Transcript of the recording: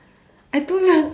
I don't un~